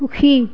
সুখী